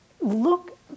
look